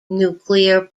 nuclear